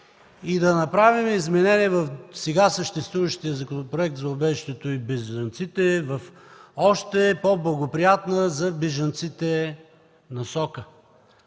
и да направим изменение в сега съществуващия Закон за убежището и бежанците, в още по-благоприятна за бежанците насока.